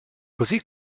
così